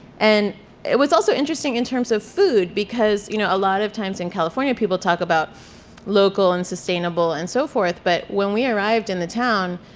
and it was also interesting in terms of food, because you know a lot of times in california people talk about local and sustainable and so forth, but when we arrived in the town,